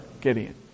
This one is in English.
Gideon